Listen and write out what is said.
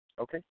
okay